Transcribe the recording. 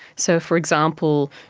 so, for example,